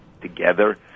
together